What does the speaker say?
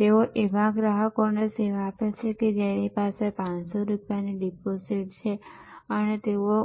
તેઓ એવા ગ્રાહકને સેવા આપે છે કે જેની પાસે માત્ર 500 રૂપિયાની ડિપોઝિટ છે અને તેઓ